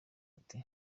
ati